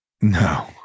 no